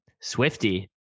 Swifty